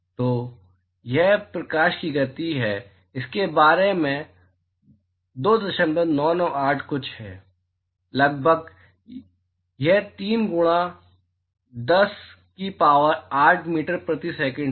तो यह प्रकाश की गति है इसके बारे में 2998 कुछ है लगभग यह लगभग तीन गुणा 10 शक्ति 8 मीटर प्रति सेकंड है